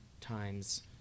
times